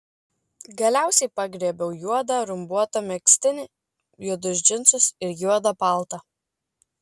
galiausiai pagriebiau juodą rumbuotą megztinį juodus džinsus ir juodą paltą